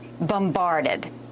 bombarded